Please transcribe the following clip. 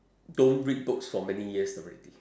don't read books for many years already